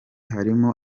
harimo